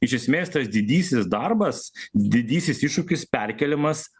iš esmės tas didysis darbas didysis iššūkis perkėlimas